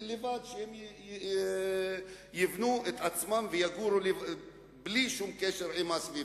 שהם יבנו את עצמם ויגורו בלי שום קשר עם הסביבה.